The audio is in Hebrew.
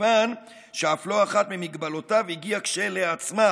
מכיוון שאף לא אחת ממגבלותיו הגיעה כשלעצמה